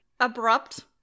Abrupt